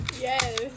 Yes